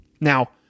Now